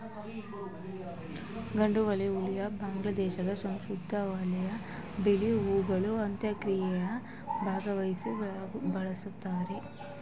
ಗಣಿಗಲು ಹೂ ಬಾಂಗ್ಲಾದೇಶ ಸಂಸ್ಕೃತಿಲಿ ಬಿಳಿ ಹೂಗಳು ಅಂತ್ಯಕ್ರಿಯೆಯ ಭಾಗ್ವಾಗಿ ಬಳುಸ್ತಾರೆ